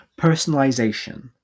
Personalization